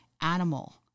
animal